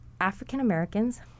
African-Americans